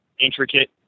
intricate